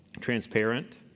transparent